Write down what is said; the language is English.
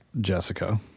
Jessica